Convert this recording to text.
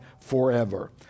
forever